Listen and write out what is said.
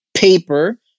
paper